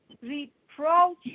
Reproach